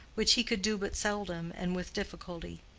which he could do but seldom and with difficulty.